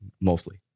mostly